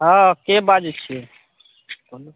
हाँ के बाजै छिए बोलू